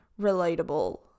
Relatable